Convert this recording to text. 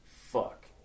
fuck